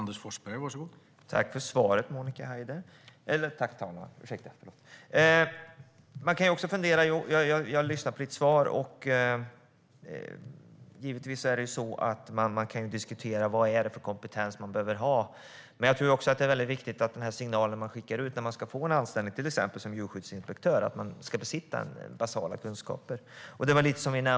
Herr talman! Tack för svaret, Monica Haider! Givetvis kan det diskuteras vad det är för kompetens djurskyddsinspektörerna behöver ha. Men jag tror att det är viktigt att signalen som skickas ut till någon som ska anställas som djurskyddsinspektör är att man ska besitta basala kunskaper.